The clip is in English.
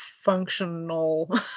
functional